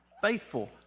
faithful